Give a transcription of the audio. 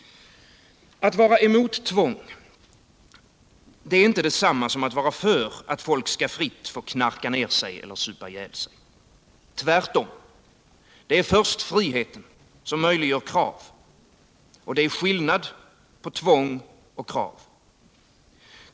Att vara emot tvång är inte detsamma som att vara för att folk skall fritt få knarka ner sig eller supa ihjäl sig. Tvärtom. Först friheten möjliggör krav. Det är skillnad på tvång och krav.